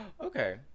okay